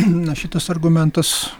na šitas argumentas